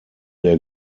der